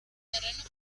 terrenos